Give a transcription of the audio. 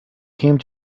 came